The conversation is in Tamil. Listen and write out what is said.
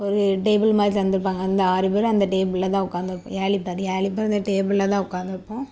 ஒரு டேபிள் மாதிரி தந்துருப்பாங்க அந்த ஆறு பேரும் அந்த டேபிளில் தான் உட்காந்துருப்போம் ஏழு பேர் ஏழு பேரும் அந்த டேபிளில் தான் உட்காந்துருப்போம்